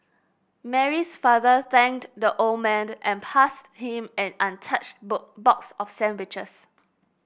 Mary's father thanked the old man and passed him an untouched box of sandwiches